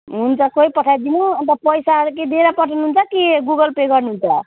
हुन्छ कोही पठाइदिनु अन्त पैसा के दिएर पठाउनु हुन्छ कि गुगल पे गर्नुहुन्छ